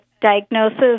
diagnosis